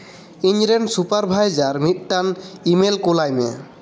ᱤᱧᱨᱮᱱ ᱥᱩᱯᱟᱨᱵᱷᱟᱭᱡᱟᱨ ᱢᱤᱫᱴᱟᱝ ᱤᱢᱮᱞ ᱠᱳᱞᱟᱭᱢᱮ